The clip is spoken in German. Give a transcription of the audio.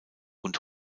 und